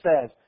says